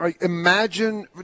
Imagine